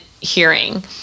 hearing